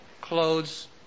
clothes